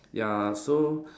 ya so